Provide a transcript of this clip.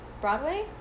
Broadway